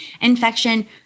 Infection